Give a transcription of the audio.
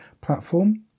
platform